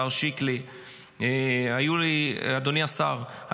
אדוני השר,